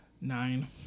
Nine